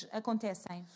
acontecem